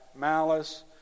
malice